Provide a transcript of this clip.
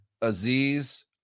Aziz